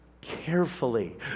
carefully